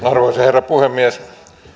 arvoisa herra puhemies